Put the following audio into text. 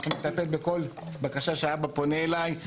אני מטפל בכל בקשה שהאבא פונה אליי.